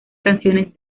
canciones